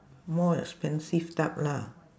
more expensive type lah